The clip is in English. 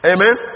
Amen